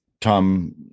tom